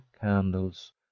candles